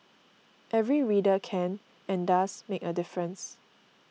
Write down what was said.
every reader can and does make a difference